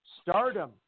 Stardom